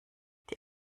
die